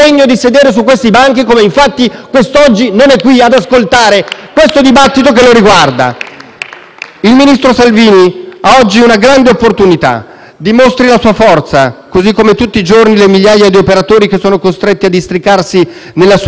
Il ministro Salvini ha oggi una grande opportunità. Dimostri la sua forza, così come tutti i giorni le migliaia di operatori, che sono costretti a districarsi nelle assurde norme che questa maggioranza ha scritto. Donne, uomini, volontari, sindaci, Presidenti